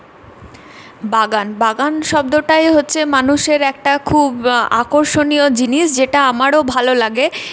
বাগান বাগান শব্দটাই হচ্ছে মানুষের একটা খুব আকর্ষণীয় জিনিস যেটা আমারও ভালো লাগে